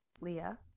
Leah